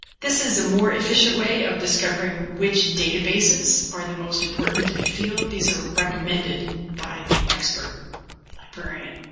this is a more efficient way of discovering which databases are the most important in a field. these are recommended by the expert librarian.